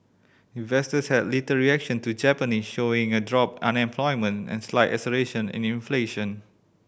investors had little reaction to Japanese showing a drop unemployment and slight acceleration in inflation